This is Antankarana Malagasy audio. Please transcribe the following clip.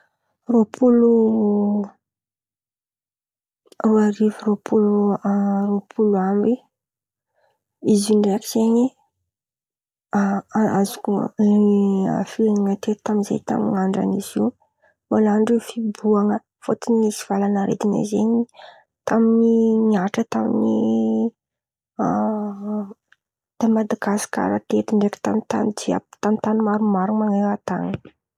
Rôpolo roa arivo rôpolo a-rôpolo amby, izy io ndraiky zen̈y a- azoko a-firy ma teto tamy zay tan̈y andran'izy io nan̈ano ndreo fibohan̈a fôtiny nisy valan'aretin̈y zen̈y tamy niatra tamy tà Madagasikara teto ndraiky tamy tan̈y jià- tamy tan̈y maromaro man̈eran-tan̈y.